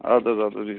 اَدٕ حظ اَدٕ حظِ بِہِو